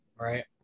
Right